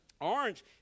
Orange